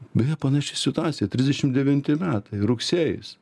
beje panaši situacija trisdešim devinti metai rugsėjis